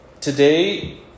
today